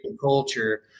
culture